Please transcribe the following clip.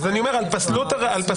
אני אומר על פסלות הראיה.